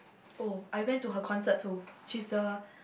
oh I went to her concert too she's a